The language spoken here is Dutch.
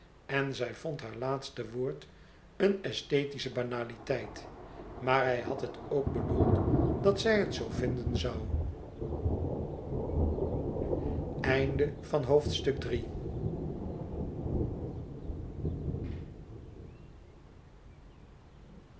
en zij vond zijn laatste woord een esthetische banaliteit maar hij had het ook bedoeld dat zij het zoo vinden zoû